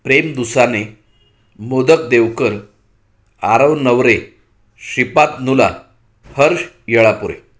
Prem Dusane Modak Devkar Aarav Navare Shipat Nula Harsh Yelapure